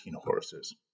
horses